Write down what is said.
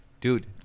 Dude